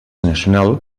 nacional